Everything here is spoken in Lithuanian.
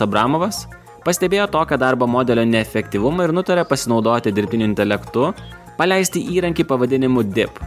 abramovas pastebėjo tokio darbo modelio neefektyvumą ir nutarė pasinaudoti dirbtiniu intelektu paleisti įrankį pavadinimu dip